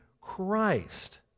Christ